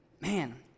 Man